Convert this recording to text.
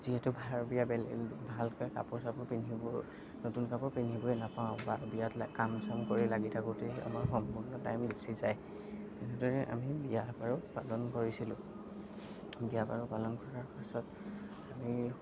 যিহেতু বাৰ বিয়া বেলেগ ভালকৈ কাপোৰ চাপোৰ পিন্ধিব নতুন কাপোৰ পিন্ধিবই নাপাওঁ বা বিয়াত লে কাম চাম কৰি লাগি থাকোতেই আমাৰ সম্পূৰ্ণ টাইম গুচি যায় এনেদৰে আমি বিয়া বাৰু পালন কৰিছিলোঁ বিয়া বাৰু পালন কৰাৰ পাছত আমি